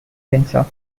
cancer